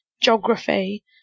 geography